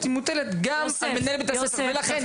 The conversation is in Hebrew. מוטלת גם על מנהל בית הספר --- יוסף,